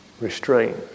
restraint